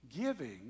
Giving